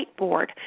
whiteboard